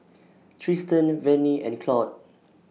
Tristan Vannie and Claude